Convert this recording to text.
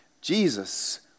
Jesus